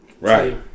Right